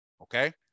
Okay